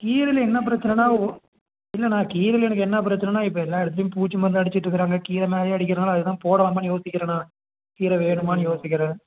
கீரையில என்ன பிரச்சனைன்னா இல்லைண்ணா கீரையில எனக்கு என்ன பிரச்சனைன்னா இப்போ எல்லா இடத்துலையும் பூச்சி மருந்து அடிச்சுகிட்டு இருக்கறாங்க கீரை மேலேயே அடிக்கிறதுனால அதுதான் போடலாமான்னு யோசிக்கிறே அண்ணா கீரை வேணுமா யோசிக்கிறேன்